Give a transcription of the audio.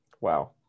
Wow